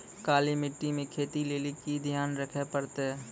काली मिट्टी मे खेती लेली की ध्यान रखे परतै?